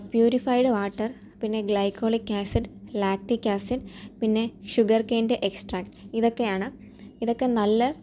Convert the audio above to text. purified water പിന്നെ glycolic acid lactic acid പിന്നെ ഷുഗർക്കെയിനിൻ്റെ എക്സട്രാക്റ്റ് ഇതൊക്കെയാണ് ഇതൊക്കെ നല്ല